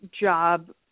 job